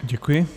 Děkuji.